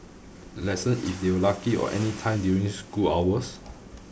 lessons if they were lucky or anytime during school hours